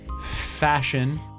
fashion